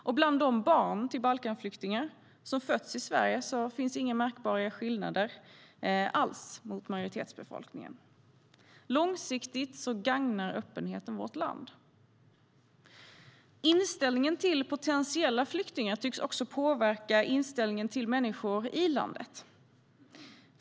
Och bland de barn till Balkanflyktingar som fötts i Sverige finns inga märkbara skillnader alls. Långsiktigt gagnar öppenheten vårt land. Inställningen till potentiella flyktingar tycks påverka inställningen till människor i landet.